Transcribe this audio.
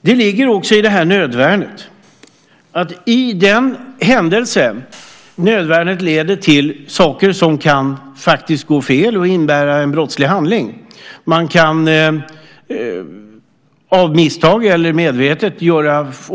Det ligger också i nödvärnet att i den händelse det leder till saker som faktiskt kan gå fel och innebära en brottslig handling, man kan av misstag eller medvetet